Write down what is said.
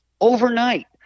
overnight